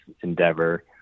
endeavor